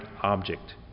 object